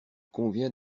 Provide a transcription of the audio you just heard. convient